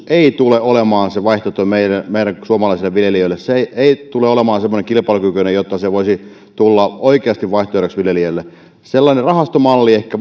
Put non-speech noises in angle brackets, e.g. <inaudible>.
<unintelligible> ei tule olemaan se vaihtoehto meidän meidän suomalaisille viljelijöille se ei tule olemaan semmoinen kilpailukykyinen jotta se voisi tulla oikeasti vaihtoehdoksi viljelijöille sellainen rahastomalli ehkä <unintelligible>